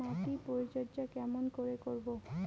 মাটির পরিচর্যা কেমন করে করব?